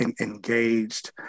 engaged